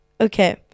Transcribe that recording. Okay